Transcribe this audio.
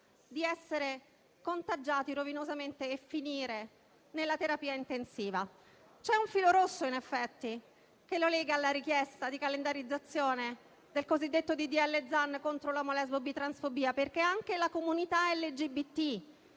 di essere contagiati rovinosamente e finire in terapia intensiva. C'è un filo rosso, in effetti, che lega questo alla richiesta di calendarizzazione del cosiddetto disegno di legge Zan contro l'omolesbobitransfobia, perché anche la comunità LGBT